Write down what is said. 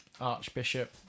archbishop